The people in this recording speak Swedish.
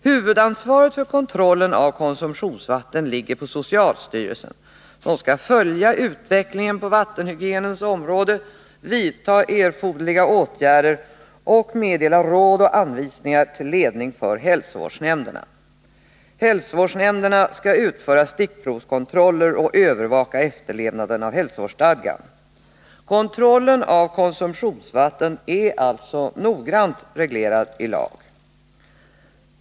Huvudansvaret för kontrollen av konsumtionsvatten ligger på socialstyrelsen, som skall följa utvecklingen på vattenhygienens område, vidta erforderliga åtgärder och meddela råd och anvisningar till ledning för hälsovårdsnämnderna. Hälsovårdsnämnderna skall utföra stickprovskontroller och övervaka efterlevnaden av hälsovårdsstadgan. Kontrollen av konsumtionsvatten är alltså noggrant reglerad i lag.